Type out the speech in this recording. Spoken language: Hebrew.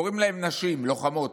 קוראים להם נשים לוחמות.